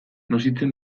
nozitzen